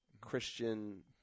Christian